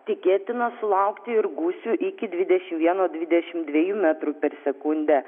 tikėtina sulaukti ir gūsių iki dvidešimt vieno dvidešimt dviejų metrų per sekundę